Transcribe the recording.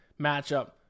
matchup